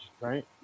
right